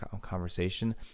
conversation